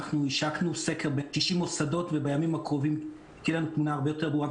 השקנו סקר ב-90 מוסדות ובימים הקרובים תהיה לנו תמונה הרבה יותר ברורה,